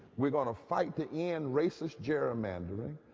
we're going to fight to end racist jerrymandering,